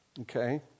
okay